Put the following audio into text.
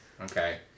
Okay